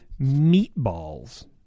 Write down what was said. Meatballs